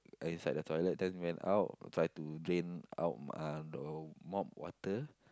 inside the toilet then went out try to drain out uh the mop water